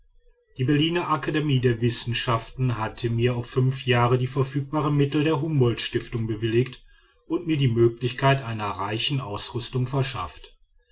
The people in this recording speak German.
die berliner akademie der wissenschaften hatte mir auf fünf jahre die verfügbaren mittel der humboldt stiftung bewilligt und mir die möglichkeit einer reichen ausrüstung verschafft